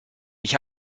ich